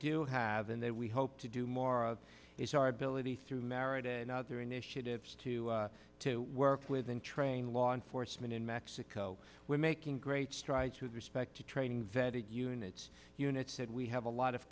do have and that we hope to do more is our ability through merit and other initiatives to to work with and train law enforcement in mexico we're making great strides with respect to training vetted units unit said we have a lot of